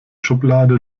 schublade